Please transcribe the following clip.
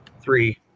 three